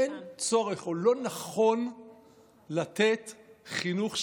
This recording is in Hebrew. או לא נכון לתת חינוך,